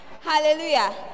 Hallelujah